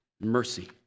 mercy